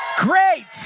Great